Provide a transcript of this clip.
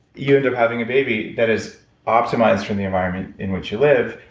you end up having a baby that is optimized from the environment in which you live.